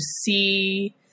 see